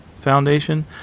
Foundation